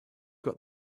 got